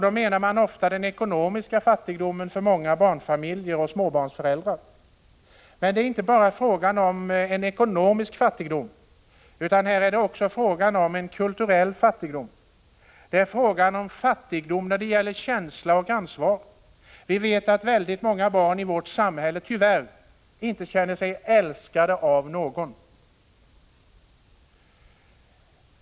Då avses ofta den ekonomiska fattigdomen för många barnfamiljer och småbarnsföräldrar. Men det är inte bara fråga om en ekonomisk fattigdom, utan här är det också fråga om en kulturell fattigdom. Det är fråga om fattigdom när det gäller känsla och ansvar. Vi vet att väldigt många barn i vårt samhälle tyvärr inte känner sig älskade av någon.